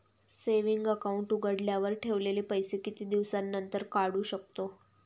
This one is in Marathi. सेविंग अकाउंट उघडल्यावर ठेवलेले पैसे किती दिवसानंतर काढू शकतो?